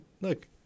look